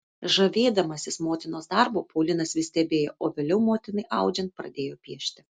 žavėdamasis motinos darbu paulinas vis stebėjo o vėliau motinai audžiant pradėjo piešti